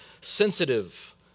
sensitive